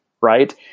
right